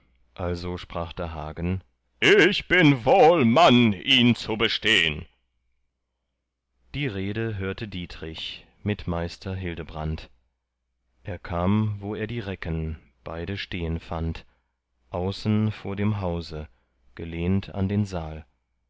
also sprach da hagen ich bin wohl mann ihn zu bestehn die rede hörte dietrich mit meister hildebrand er kam wo er die recken beide stehen fand außen vor dem hause gelehnt an den saal